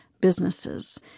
businesses